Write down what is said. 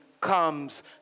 comes